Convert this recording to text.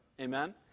Amen